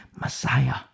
Messiah